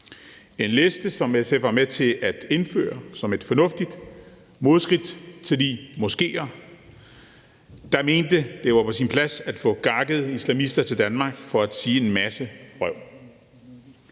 en liste, som SF var med til at indføre som et fornuftigt modsvar til de moskéer, der mente, at det var på sin plads at få gakkede islamister til Danmark for at sige en masse vrøvl.